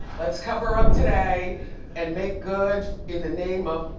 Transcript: let's cover up today and make good in the name of.